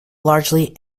largely